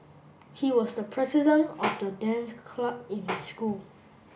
he was the president of the dance club in my school